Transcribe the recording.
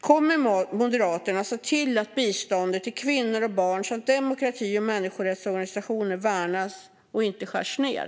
Kommer Moderaterna att se till att biståndet till kvinnor och barn samt demokrati och människorättsorganisationer värnas och inte skärs ned?